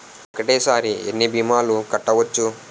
ఒక్కటేసరి ఎన్ని భీమాలు కట్టవచ్చు?